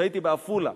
כשהייתי בעפולה.